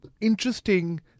interesting